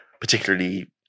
Particularly